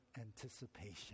anticipation